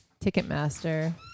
Ticketmaster